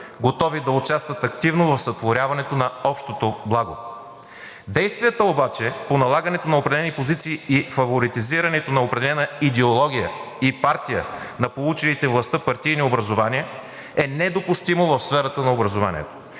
готови да участват активно в сътворяването на общото благо. Действията обаче по налагането на определени позиции и фаворитизирането на определена идеология и партия на получилите властта партийни образувания е недопустимо в сферата на образованието.